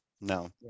no